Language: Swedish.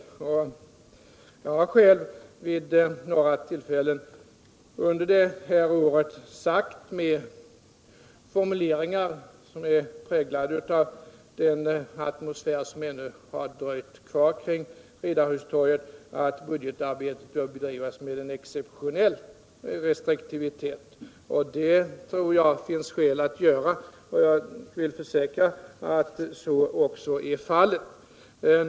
Jag har själv vid några tillfällen under det här året sagt, med formuleringar som är präglade av den atmosfär som ännu har dröjt kvar kring Riddarhustorget, att man bör bedriva budgetarbetet med exceptionell restriktivitet. Det tror jag finns skäl att göra, och jag vill försäkra att så också är fallet.